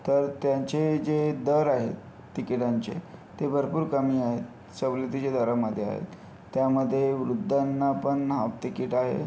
तर त्यांचे जे दर आहेत तिकिटांचे ते भरपूर कमी आहेत सवलतीच्या दरांमध्ये आहेत त्यामध्ये वृद्धांना पण हाफ तिकीट आहे